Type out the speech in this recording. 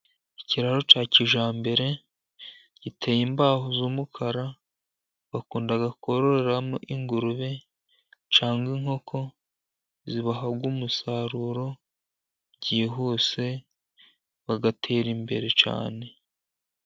Ikiraro cya kijambere giteye imbaho z'umukara. Bakunda kororeramo ingurube cyangwa inkoko zibaha umusaruro byihuse, bagatera imbere cyane.